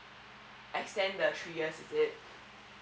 extend the three years is it